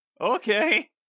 okay